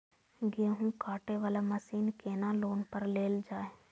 गेहूँ काटे वाला मशीन केना लोन पर लेल जाय?